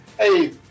Hey